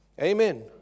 Amen